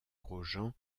grosjean